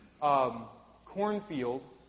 cornfield